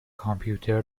کامپیوتر